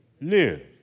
live